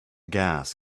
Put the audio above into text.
gas